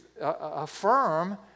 affirm